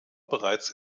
bereits